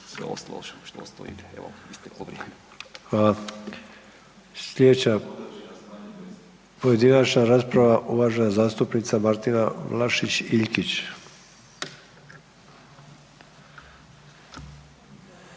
Slijedeća pojedinačna rasprava, uvažena zastupnica Martina Vlašić Iljkić.